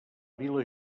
vila